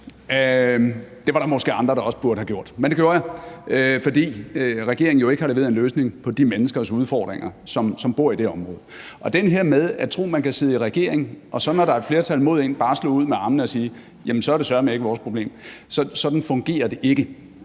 Det var der måske andre, der også burde have gjort. Men det gjorde jeg, fordi regeringen jo ikke har leveret en løsning på de menneskers udfordringer, som bor i det område. Den her med at tro, at man kan sidde i regering, og så, når der så er et flertal imod en, bare slå ud med armene og sige, at så er det søreme ikke vores problem: Sådan fungerer det ikke.